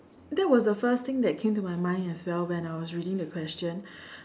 that was the first thing that came to my mind as well when I was reading the question